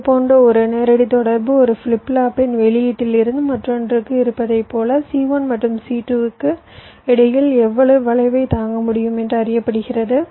இது போன்ற ஒரு நேரடி தொடர்பு ஒரு ஃபிளிப் ஃப்ளாப்பின் வெளியீட்டில் இருந்து மற்றொன்றுக்கு இருப்பதைப் போல c1 மற்றும் c2 க்கு இடையில் எவ்வளவு வளைவைத் தாங்க முடியும் என்று அறியப்படுகிறது